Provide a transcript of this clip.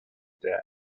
death